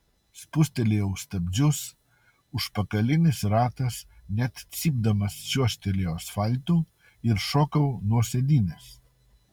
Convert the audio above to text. spustelėjau stabdžius užpakalinis ratas net cypdamas čiuožtelėjo asfaltu ir šokau nuo sėdynės